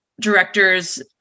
directors